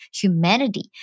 humanity